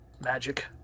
magic